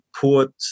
put